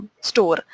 store